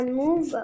move